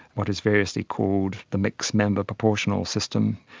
what is variously called the mixed-member proportional system.